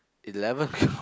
eleven twelve